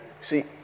see